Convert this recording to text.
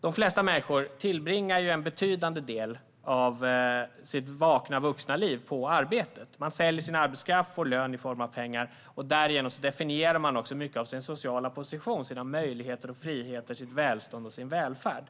De flesta människor tillbringar en betydande del av sitt vakna vuxna liv på arbetet. Man säljer sin arbetskraft och får lön i form av pengar. Därigenom definierar man också mycket av sin sociala position, sina möjligheter och friheter, sitt välstånd och sin välfärd.